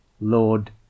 Lord